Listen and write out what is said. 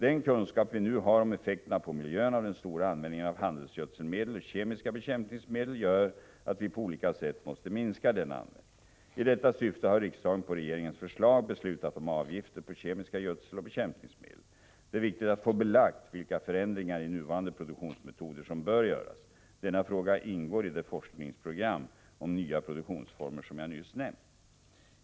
Den kunskap vi nu har om effekterna på miljön av den stora användningen av handelsgödselmedel och kemiska bekämpningsmedel gör att vi på olika sätt måste minska denna användning. I detta syfte har riksdagen på regeringens förslag beslutat om avgifter på kemiska gödseloch bekämpningsmedel. Det är viktigt att få belagt vilka förändringar i nuvarande produktionsmetoder som bör göras. Denna fråga ingår i det forskningsprogram om nya produktionsformer som jag nyss nämnt.